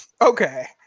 Okay